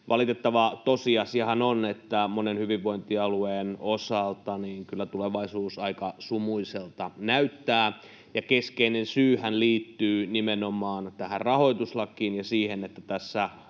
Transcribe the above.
valitettava tosiasiahan on, että monen hyvinvointialueen osalta kyllä tulevaisuus aika sumuiselta näyttää. Keskeinen syyhän liittyy nimenomaan tähän rahoituslakiin ja siihen, että tässä